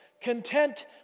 Content